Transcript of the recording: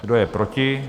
Kdo je proti?